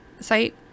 site